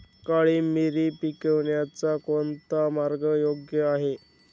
काळी मिरी पिकवण्याचा कोणता मार्ग योग्य आहे?